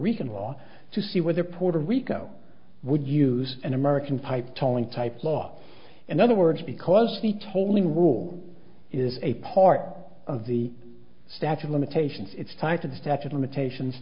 rican law to see whether puerto rico would use an american pipe tolling type law in other words because the tolling rule is a part of the statue of limitations it's tied to the statue of limitations